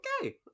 okay